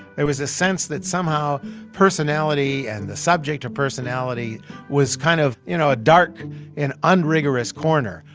there was a sense that somehow personality and the subject of personality was kind of, you know, a dark and unrigorous corner,